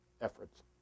efforts